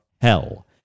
hell